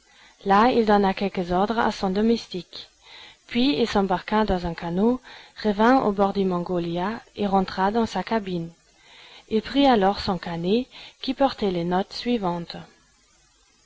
là il donna quelques ordres à son domestique puis il s'embarqua dans un canot revint à bord du mongolia et rentra dans sa cabine il prit alors son carnet qui portait les notes suivantes